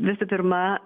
visų pirma